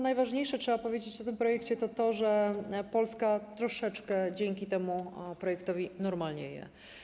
Najważniejsze, co trzeba powiedzieć o tym projekcie, to to, że Polska troszeczkę dzięki temu projektowi normalnieje.